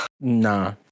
Nah